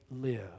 live